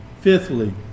Fifthly